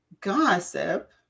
Gossip